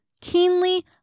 keenly